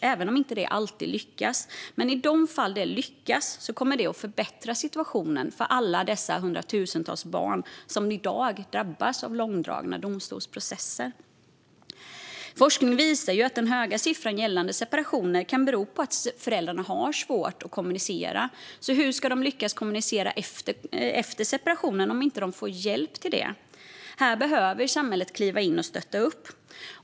Det kanske inte alltid lyckas, men i de fall det lyckas kommer det att förbättra situationen för alla dessa hundratusentals barn som i dag drabbas av långdragna domstolsprocesser. Forskning visar att den höga siffran gällande separationer kan bero på att föräldrarna har svårt att kommunicera. Hur ska de lyckas kommunicera efter separationen om de inte får hjälp till det? Här behöver samhället kliva in och stötta upp.